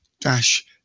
dash